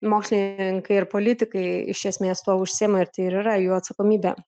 mokslininkai ir politikai iš esmės tuo užsiima ir tai ir yra jų atsakomybė